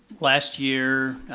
last year,